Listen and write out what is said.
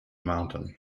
mountain